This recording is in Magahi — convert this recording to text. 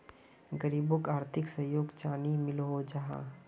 गरीबोक आर्थिक सहयोग चानी मिलोहो जाहा?